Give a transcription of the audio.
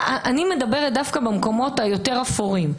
אני מדברת דווקא על המקומות היותר אפורים.